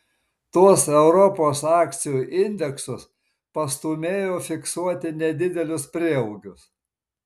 tuos europos akcijų indeksus pastūmėjo fiksuoti nedidelius prieaugius